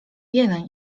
jeleń